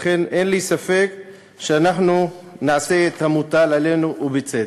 לכן, אין לי ספק שנעשה את המוטל עלינו, ובצדק.